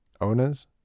owners